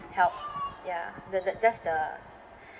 help ya the the just the s~